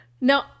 no